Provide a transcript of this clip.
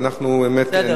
בסדר.